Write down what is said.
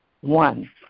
one